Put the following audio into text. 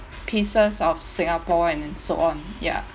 pieces of singapore and and so on ya